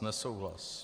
Nesouhlas.